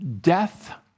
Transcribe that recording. Death